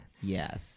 Yes